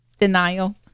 Denial